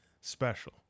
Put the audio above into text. special